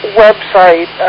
website